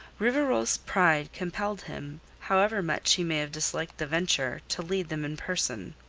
rivarol's pride compelled him, however much he may have disliked the venture, to lead them in person.